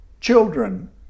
children